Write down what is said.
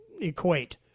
equate